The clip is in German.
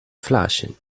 flaschen